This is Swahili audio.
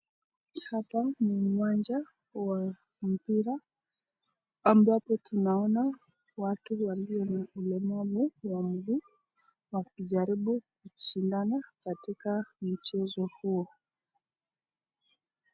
Hapa ni uwanja Wa mpira ambapo tunaona watu walio Na umemaliza Wa mguu wakijaribu wakishindana katika mchezo huo.